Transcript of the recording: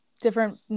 different